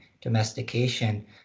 domestication